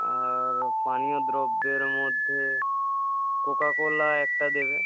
আর পানীয় দ্রব্যের মধ্যে কোকা কোলা একটা দেবে